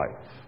life